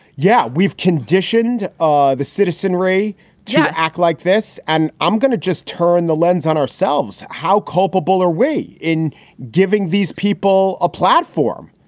yeah, we've conditioned ah the citizenry to act like this. and i'm gonna just turn the lens on ourselves. how culpable are we in giving these people a platform?